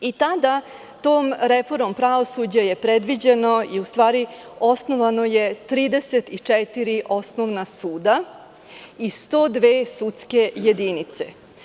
I tada je tom reformom pravosuđa predviđeno i u stvari osnovano 34 osnovna suda i 102 sudske jedinice.